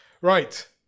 Right